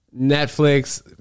Netflix